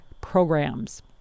programs